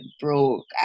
broke